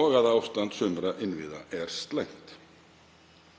og að ástand sumra innviða er slæmt.